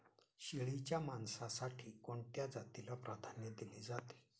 शेळीच्या मांसासाठी कोणत्या जातीला प्राधान्य दिले जाते?